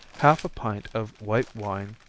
half a pint of white wine,